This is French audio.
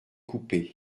coupés